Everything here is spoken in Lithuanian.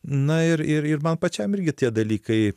na ir ir ir man pačiam irgi tie dalykai